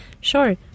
Sure